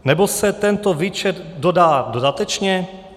Nebo se tento výčet dodá dodatečně?